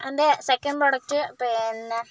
എൻ്റെ second product പിന്നെ